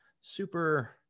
super